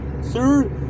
Sir